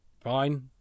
Fine